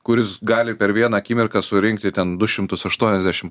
kuris gali per vieną akimirką surinkti ten du šimtus aštuoniasdešim